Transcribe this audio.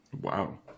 Wow